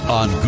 on